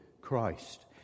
Christ